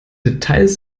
details